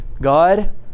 God